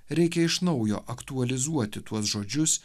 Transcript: reikia iš naujo aktualizuoti tuos žodžius